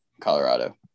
Colorado